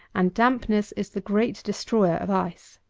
and dampness is the great destroyer of ice.